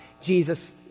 Jesus